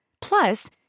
Plus